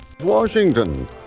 Washington